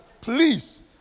please